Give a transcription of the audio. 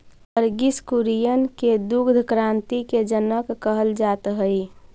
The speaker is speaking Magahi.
वर्गिस कुरियन के दुग्ध क्रान्ति के जनक कहल जात हई